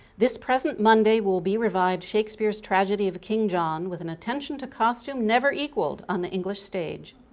this present monday will be revived shakespeare's tragedy of king john with an attention to costume never equaled on the english stage.